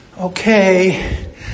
Okay